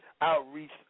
outreach